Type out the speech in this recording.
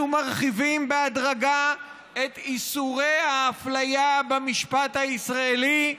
אנחנו מרחיבים בהדרגה את איסורי האפליה במשפט הישראלי,